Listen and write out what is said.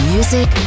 Music